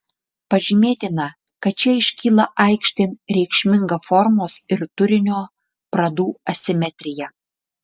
pažymėtina kad čia iškyla aikštėn reikšminga formos ir turinio pradų asimetrija